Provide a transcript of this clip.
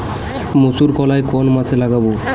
মুসুরকলাই কোন মাসে লাগাব?